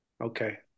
Okay